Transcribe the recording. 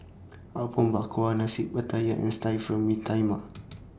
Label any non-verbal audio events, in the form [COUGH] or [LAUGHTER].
Apom Berkuah Nasi Wattaya and Stir Fry Mee Tai Mak [NOISE]